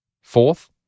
Fourth